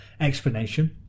explanation